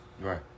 Right